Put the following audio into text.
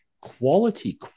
quality